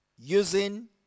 using